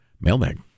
Mailbag